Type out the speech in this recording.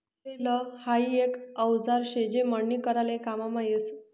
flail हाई एक औजार शे जे मळणी कराले काममा यस